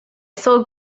sold